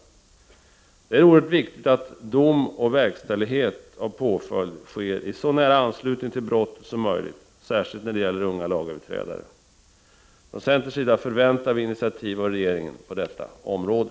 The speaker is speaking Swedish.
Det är oerhört viktigt att dom och verkställighet av påföljd sker i så nära anslutning till brottet som möjligt, särskilt när det gäller unga lagöverträdare. Från centerns sida förväntar vi initiativ av regeringen på detta område.